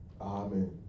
Amen